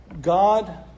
God